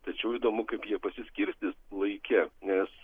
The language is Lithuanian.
tačiau įdomu kaip jie pasiskirstys laike nes